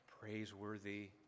praiseworthy